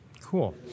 Cool